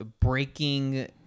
breaking